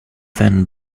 then